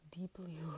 deeply